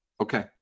Okay